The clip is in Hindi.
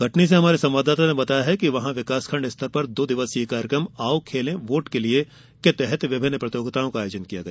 कटनी से हमारे संवाददाता ने बताया है कि वहां विकासखण्ड स्तर पर दो दिवसीय कार्यक्रम आओ खेलें वोट के लिए के तहत प्रतियोगिताओं का आयोजन किया गया